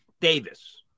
Davis